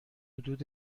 حدود